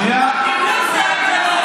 הכיבוש זה הטרור.